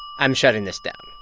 i'm shutting this down.